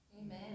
Amen